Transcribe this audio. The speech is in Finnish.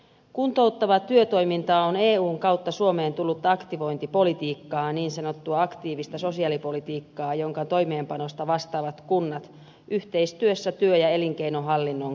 kuntouttava työtoiminta on eun kautta suomeen tullutta aktivointipolitiikkaa niin sanottua aktiivista sosiaalipolitiikkaa jonka toimeenpanosta vastaavat kunnat yhteistyössä työ ja elinkeinohallinnon kanssa